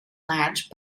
match